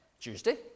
Tuesday